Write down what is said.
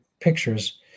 pictures